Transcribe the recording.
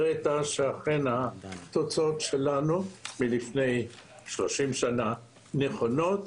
היא הראתה שאכן התוצאות שלנו מלפני 30 שנה נכונות,